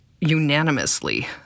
unanimously